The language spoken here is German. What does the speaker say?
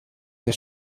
der